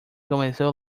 comenzó